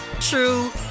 true